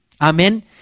Amen